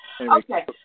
Okay